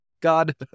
God